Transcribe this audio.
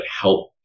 help